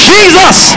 Jesus